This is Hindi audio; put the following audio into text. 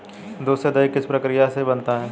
दूध से दही किस प्रक्रिया से बनता है?